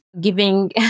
giving